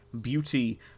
beauty